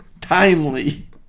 Timely